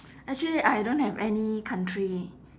actually I don't have any country